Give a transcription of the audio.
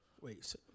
Wait